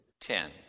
ten